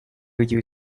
you